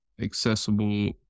accessible